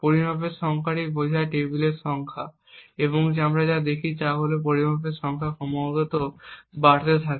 পরিমাপের সংখ্যাটি বোঝায় টেবিলের সারির সংখ্যা এবং আমরা যা দেখি তা হল পরিমাপের সংখ্যা ক্রমাগত বাড়তে থাকে